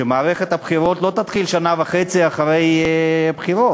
שמערכת הבחירות לא תתחיל שנה וחצי אחרי הבחירות.